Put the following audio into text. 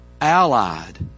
allied